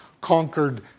conquered